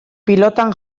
pilotan